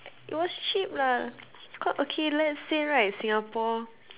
it was cheap lah quite okay let's say right Singapore